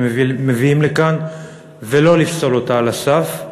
מביאים לכאן ולא לפסול אותה על הסף,